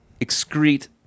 excrete